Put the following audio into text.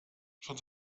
schon